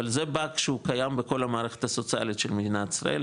אבל זה באג שהוא קיים בכל המערכת הסוציאלית של מדינת ישראל.